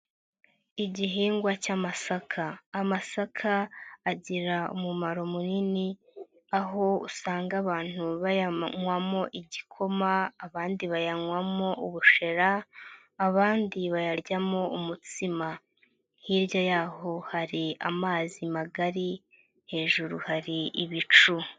Igihingwa cy'amasaka, amasaka agira umumaro munini aho usanga abantu bayanywamo igikoma, abandi bayanywamo ubushera, abandi bayaryamo umutsima, hirya y'aho hari amazi magari hejuru hari ibicu.